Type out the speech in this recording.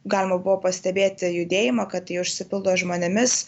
galima buvo pastebėti judėjimą kad ji užsipildo žmonėmis